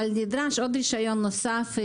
אבל נדרש עוד רשיון נוסף,